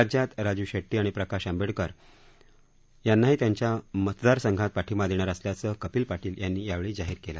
राज्यात राजू शेट्टी आणि प्रकाश आंबेडकर यांनांही त्यांच्या मतदार संघात पाठींबा देणार असल्याचं पाटील यांनी यावेळी जाहीर केलं